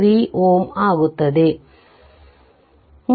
3 Ω ಆಗುತ್ತದೆ